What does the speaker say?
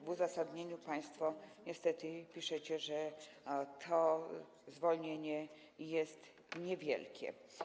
W uzasadnieniu państwo niestety piszecie, że to zwolnienie jest niewielkie.